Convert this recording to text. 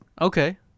Okay